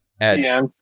edge